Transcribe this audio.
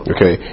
Okay